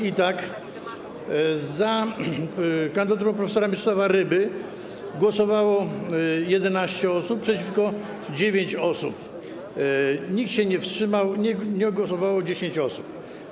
I tak za kandydaturą prof. Mieczysława Ryby głosowało 11 osób, przeciwko - 9 osób, nikt się nie wstrzymał od głosu, nie głosowało 10 osób.